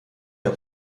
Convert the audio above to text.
der